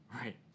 Right